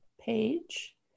page